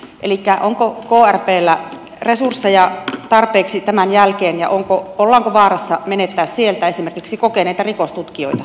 elikkä onko krpllä resursseja tarpeeksi tämän jälkeen ja ollaanko vaarassa menettää sieltä esimerkiksi kokeneita rikostutkijoita